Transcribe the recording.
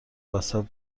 وسط